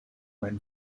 when